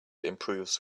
improves